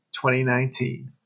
2019